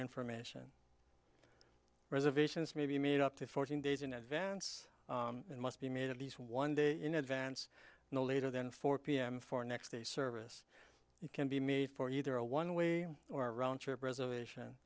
information reservations may be made up to fourteen days in advance and must be made at least one day in advance no later than four p m for next day service can be made for either a one way or round trip reservation